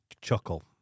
chuckle